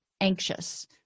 anxious